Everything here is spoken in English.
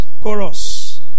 chorus